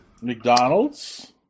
McDonald's